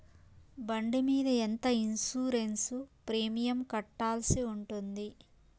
బండి మీద ఎంత ఇన్సూరెన్సు ప్రీమియం కట్టాల్సి ఉంటుంది?